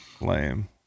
lame